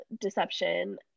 deception